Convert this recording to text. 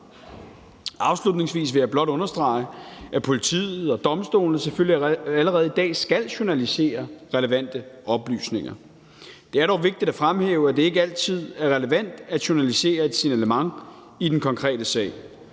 Afslutningsvis vil jeg blot understrege, at politiet og domstolene selvfølgelig allerede i dag skal journalisere relevante oplysninger. Det er dog vigtigt at fremhæve, at det ikke altid er relevant at journalisere et signalement i den konkrete sag.